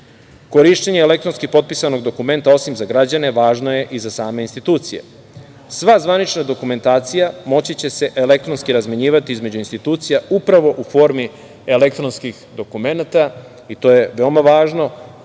svojeručno. Korišćenje elektronski potpisanog dokumenta osim za građane važna je i za same institucije. Sva zvanična dokumentacija moći će se elektronski razmenjivati između institucija upravo u formi elektronskih dokumenata i to je veoma važno,